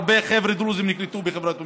הרבה חבר'ה דרוזים נקלטו בחברות ממשלתיות.